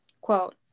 quote